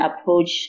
approach